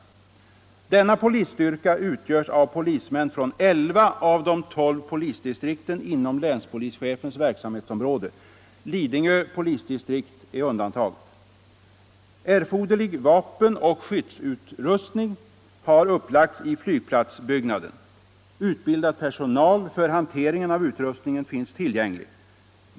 Denna polisstyrka utgöres av polismän från 11 av de 12 polisdistrikten inom länspolischefens verksamhetsområde . Erforderlig vapenoch skyddsutrustning har upplagts i flygplatsbyggnaden. Utbildad personal för hanteringen av utrustningen finns tillgänglig.